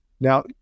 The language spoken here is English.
Now